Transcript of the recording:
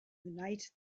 united